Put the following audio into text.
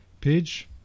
Page